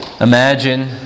Imagine